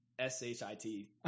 S-H-I-T